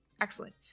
Excellent